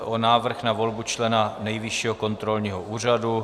Návrh na volbu člena Nejvyššího kontrolního úřadu